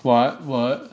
what what